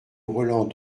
roland